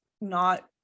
not-